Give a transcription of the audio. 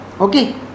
Okay